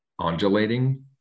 undulating